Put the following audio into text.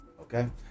okay